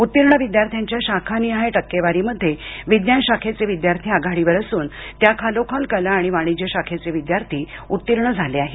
उत्तीर्ण विद्यार्थ्यांच्या शाखानिहाय टक्केवारीमध्ये विज्ञान शाखेचे विद्यार्थी आघाडीवर असून त्याखालोखाल कला आणि वाणिज्य शाखेचे विद्यार्थी उत्तीर्ण झाले आहेत